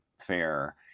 fair